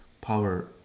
power